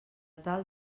tal